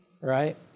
right